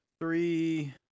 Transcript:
three